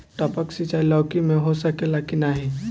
टपक सिंचाई लौकी में हो सकेला की नाही?